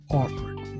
offered